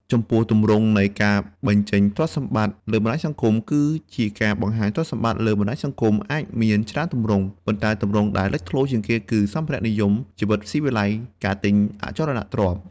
ចំពោះទម្រង់នៃការបញ្ចេញទ្រព្យសម្បត្តិលើបណ្តាញសង្គមគឺជាការបង្ហាញទ្រព្យសម្បត្តិលើបណ្តាញសង្គមអាចមានច្រើនទម្រង់ ប៉ុន្តែទម្រង់ដែលលេចធ្លោជាងគេគឺ សម្ភារៈនិយម ជីវិតស៊ីវិល័យ ការទិញអចលនទ្រព្យ។